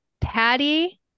Patty